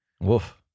Woof